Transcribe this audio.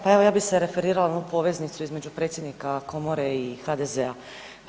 Pa evo ja bi se referirala na onu poveznicu između predsjednika komore i HDZ-a.